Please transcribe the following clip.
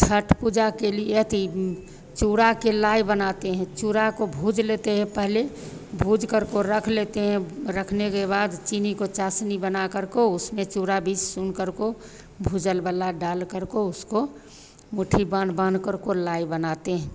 छठ पूजा के लिए अथी चूड़ा की लाई बनाते हैं चूड़ा को भूँज लेते हैं पहले भूँज करको रख लेते हैं रखने के बाद चीनी की चाशनी बना करको उसमें चूड़ा भी चुन करको भूँजल वाला डाल करको उसको मुट्ठी बाँध बाँध करको लाई बनाते हैं